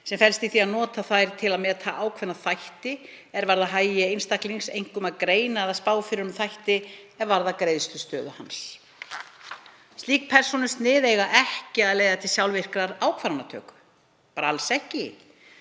sem felst í því að nota þær til að meta ákveðna þætti er varða hagi einstaklings, einkum að greina eða spá fyrir um þætti er varða greiðslustöðu hans. Slík persónusnið eiga ekki að leiða til sjálfvirkrar ákvarðanatöku, bara alls ekki.